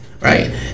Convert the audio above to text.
Right